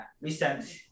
recent